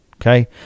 Okay